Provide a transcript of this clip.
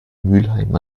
mülheim